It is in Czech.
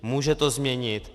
Může to změnit.